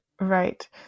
Right